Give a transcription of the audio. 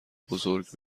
بزرگ